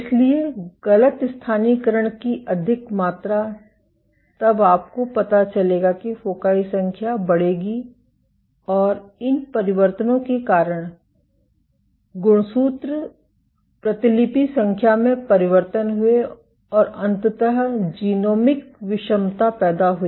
इसलिए गलत स्थानीयकरण की अधिक मात्रा तब आपको पता चलेगा कि फ़ोकाई संख्या बढ़ेगी और इन परिवर्तनों के कारण गुणसूत्र प्रतिलिपि संख्या में परिवर्तन हुए और अंततः जीनोमिक विषमता पैदा हुई